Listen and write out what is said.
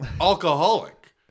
alcoholic